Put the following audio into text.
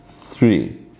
three